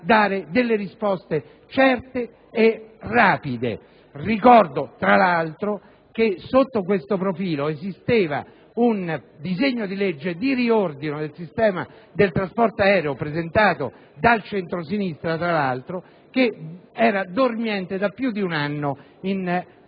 dare delle risposte certe e rapide. Ricordo, tra l'altro, che sotto questo profilo esisteva un disegno di legge di riordino del sistema del trasporto aereo - tra l'altro presentato dal centrosinistra - che era dormiente da più di un anno in Senato.